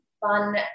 fun